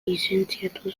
lizentziatu